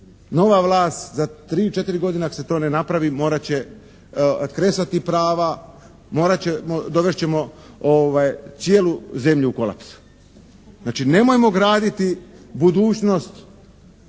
nova vlast za 3, 4 godine ako se to ne napravi morat će kresati prava. Morat ćemo, dovest ćemo cijelu zemlju u kolaps. Znači nemojmo graditi budućnost